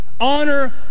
Honor